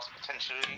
potentially